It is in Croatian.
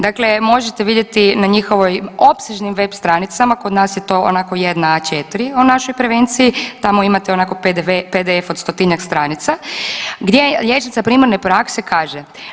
Dakle, možete vidjeti na njihovoj opsežnim web stranicama, kod nas je to onako jedna A4 o našoj prevenciji, tamo imate onako pdv, pdf od stotinjak stranica gdje liječnica primarne prakse kaže.